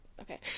Okay